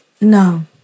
No